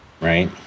Right